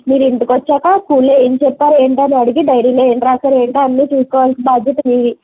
మీరు ఇంటికి వచ్చాక స్కూల్లో ఏం చెప్పారు ఏంటి అని అడిగి డైరీలో ఏం రాశారు ఏంటి అన్నీ చూసుకోవలసిన బాధ్యత మీది